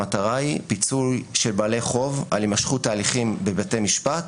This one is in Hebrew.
המטרה היא פיצוי של בעלי חוב על הימשכות ההליכים בבתי משפט,